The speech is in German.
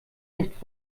nicht